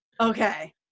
okay